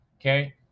Okay